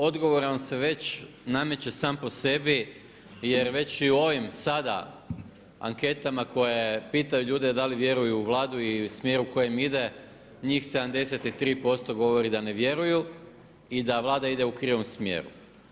Odgovor vam se već nameće sam po sebi jer već u i ovim sada anketama koje pitaju ljude da li vjeruju u Vladu i u smjer u kojem ide, njih 73% govori da ne vjeruju i da Vlada ide u krivom smjeru.